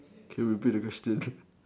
can you repeat the question